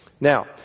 Now